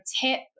tip